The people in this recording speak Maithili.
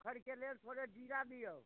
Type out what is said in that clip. खरिके लेल थोड़े जीरा दियौ